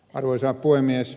arvoisa puhemies